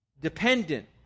dependent